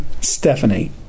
Stephanie